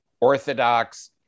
orthodox